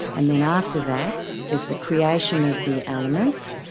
and then after that there's the creation of the elements,